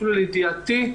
אפילו לידיעתי.